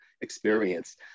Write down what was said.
experience